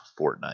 Fortnite